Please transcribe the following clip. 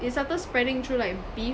it started spreading through like beef